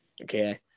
okay